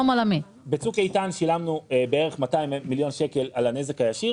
בצוק איתן שילמנו בערך 200 מיליון שקלים על הנזק הישיר,